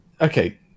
Okay